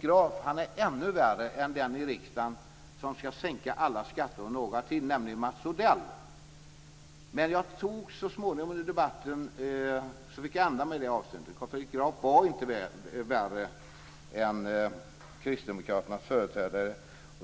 jag att han är ännu värre än den i riksdagen som skall sänka alla skatter och några till, nämligen Mats Odell. Senare i debatten fick jag ändra mig i det avseendet. Carl Fredrik Graf var inte värre än Kristdemokraternas företrädare.